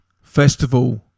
Festival